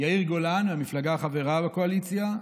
יאיר גולן מהמפלגה החברה בקואליציה,